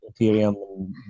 Ethereum